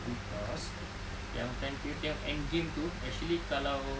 cause yang time kita tengok end games tu actually kalau